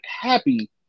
happy